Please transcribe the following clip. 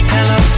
Hello